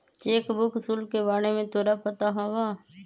Cheque book शुल्क के बारे में तोरा पता हवा?